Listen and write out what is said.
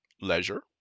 leisure